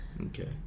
okay